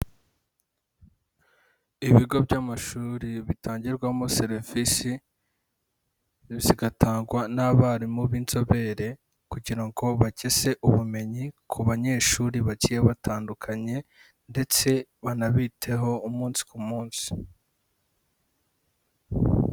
Ibigo by'amashuri bitangirwamo serivisi, zigatangwa n'abarimu b'inzobere, kugira ngo bageze ubumenyi ku banyeshuri bagiye batandukanye ndetse banabiteho umunsi ku munsi.